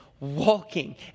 Walking